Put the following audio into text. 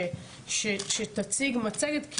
שתציג מצגת,